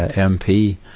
ah mp.